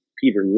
Peter